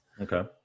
okay